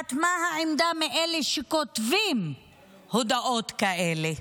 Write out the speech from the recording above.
לדעת מה העמדה כלפי אלה שכותבים הודעות כאלה.